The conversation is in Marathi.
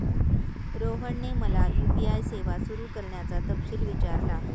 रोहनने मला यू.पी.आय सेवा सुरू करण्याचा तपशील विचारला